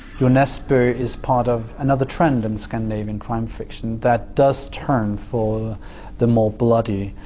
jo nesbo is part of another trend in scandinavian crime fiction that does turn for the more bloody.